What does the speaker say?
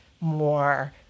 more